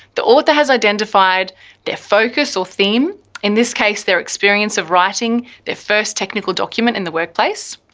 the author has identified their focus or theme in this case, their experience of writing their first technical document in the workplace.